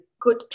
good